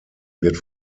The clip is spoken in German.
wird